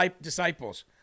disciples